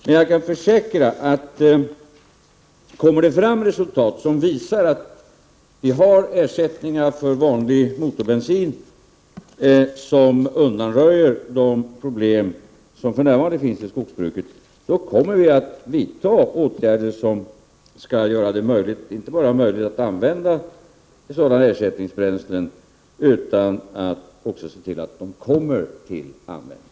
Men jag kan försäkra att kommer det fram resultat som visar att vi har ersättningar för vanlig motorbensin som undanröjer de problem som för närvarande finns inom skogsbruket, så kommer vi att vidta åtgärder som inte bara skall göra det möjligt att använda sådana ersättningsbränslen utan också se till att de verkligen kommer till användning.